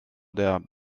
der